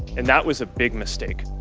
and that was a big mistake.